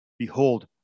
Behold